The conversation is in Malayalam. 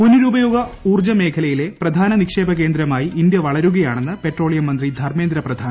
പുനരുപയോഗ ഊർജ്ജ മേഖലയിലെ പ്രധാന നിക്ഷേപ കേന്ദ്രമായി ഇന്ത്യ വളരുകയാണെന്ന് പെട്രോളിയം മന്ത്രി ധർമ്മേന്ദ്ര പ്രധാൻ